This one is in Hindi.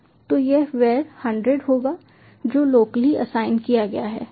तो यह वैर 100 होगा जो लोकली असाइन किया गया है सही